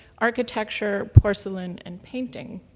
architecture, porcelain, and painting.